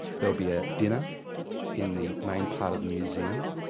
there'll be a dinner in the main part of the museum,